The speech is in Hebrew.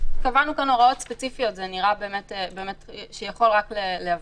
קבענו כאן הוראות ספציפיות וזה נראה באמת שזה יכול רק לבלבל.